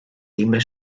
timbre